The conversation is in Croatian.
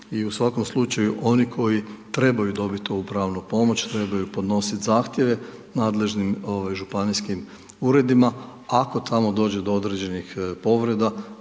i u svakom slučaju oni koji trebaju dobiti ovu pravnu pomoć, trebaju podnositi zahtjeve nadležnim županijskim uredima, ako tamo dođe do određenih povreda,